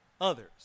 others